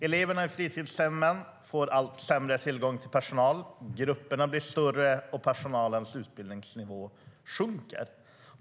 Eleverna i fritidshemmen får allt sämre tillgång till personal, grupperna blir större och personalens utbildningsnivå sjunker.